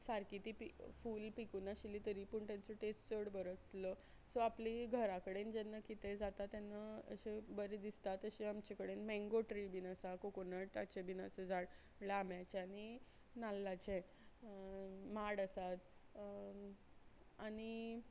सारकी तीं पि फूल पिकू नाशिल्ली तरी पूण तांचो टेस्ट चड बरो आसलो सो आपली घरा कडेन जेन्ना कितें जाता तेन्ना अशे बरें दिसता तशें आमचे कडेन मेंगो ट्री बीन आसा कोकोनटाचे बीन आसा झाड लांब्याचे आनी नाल्लाचे माड आसात आनी